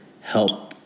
help